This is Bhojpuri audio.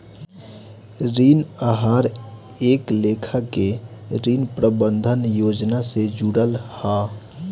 ऋण आहार एक लेखा के ऋण प्रबंधन योजना से जुड़ल हा